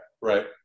right